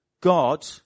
God